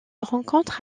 rencontre